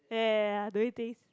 ya ya ya doing things